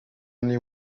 only